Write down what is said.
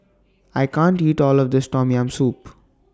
I can't eat All of This Tom Yam Soup